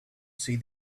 see